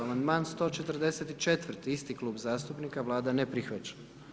Amandman 144. isti klub zastupnika, Vlada ne prihvaća.